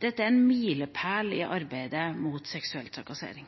Dette er en milepæl i arbeidet mot seksuell trakassering.